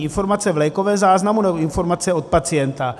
Informace v lékovém záznamu, nebo informace od pacienta?